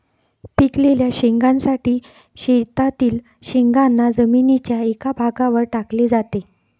पिकलेल्या शेंगांसाठी शेतातील शेंगांना जमिनीच्या एका भागावर टाकले जाते